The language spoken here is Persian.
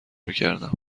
میکردم